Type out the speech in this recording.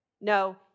No